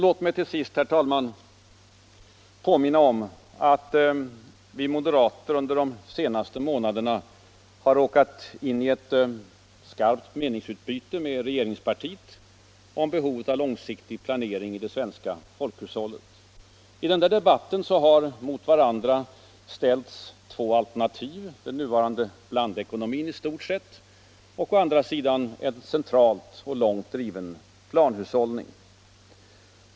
Låt mig avslutningsvis, herr talman, påminna om att vi moderater under de senaste månaderna har råkat in i ett skarpt meningsutbyte med regeringspartiet om behovet av en långsiktig planering i det svenska folkhushållet. I den debatten har mot varandra ställts två alternativ: å ena sidan den nuvarande blandekonomin i stort sett och å andra sidan en centralt, långt driven planhushållning.